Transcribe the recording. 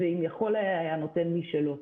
ואם היה יכול, היה נותן משלו.